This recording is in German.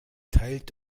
teilt